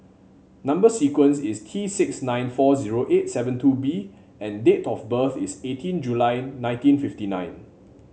number sequence is T six nine four zero eight seven two B and date of birth is eighteen July nineteen fifty nine